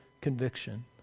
conviction